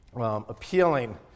appealing